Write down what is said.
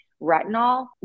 retinol